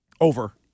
Over